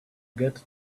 get